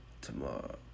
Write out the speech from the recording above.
tomorrow